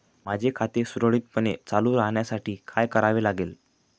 माझे खाते सुरळीतपणे चालू राहण्यासाठी काय करावे लागेल?